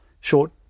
short